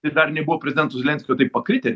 tai dar nebuvo prezidento zelenskio taip pakritę